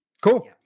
cool